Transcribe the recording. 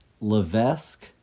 Levesque